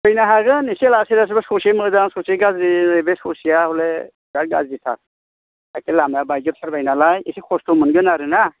फैनो हागोन एसे लासै लासैबा ससे मोजां ससे गाज्रि बे ससेया हले बिराथ गाज्रिथार बैखि लामाया बाइजोब थारबाय नालाय एसे खस्थ' मोनगोन आरो ना